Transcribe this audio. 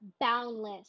boundless